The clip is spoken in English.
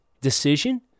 decision